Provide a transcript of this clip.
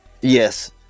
Yes